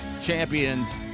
champions